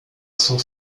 son